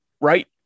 right